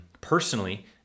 personally